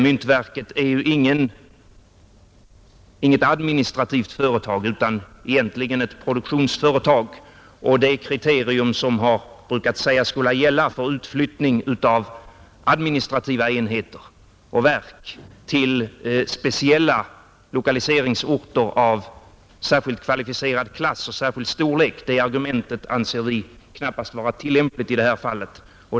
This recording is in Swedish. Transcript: Myntverket är ju inget administrativt företag utan egentligen ett produktionsföretag. Det kriterium som vanligen har sagts skola gälla för utflyttning av administrativa enheter och verk till speciella lokaliseringsorter av särskilt kvalificerad klass och särskild storlek anser vi knappast vara tillämpligt i detta fall.